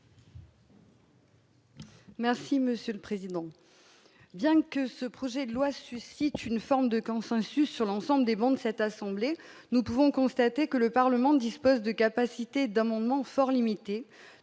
Merci monsieur le président, bien que ce projet de loi suscite une forme de consensus sur l'ensemble des bancs de cette assemblée, nous pouvons constater que le Parlement dispose de capacités d'amendements fort limitée